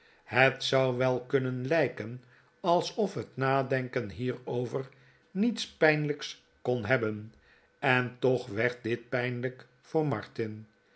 het zou wel kunnen lijken alsof het nadenken hierover niets pijnlijks kon hebben en toch werd dit pijnlijk voor martin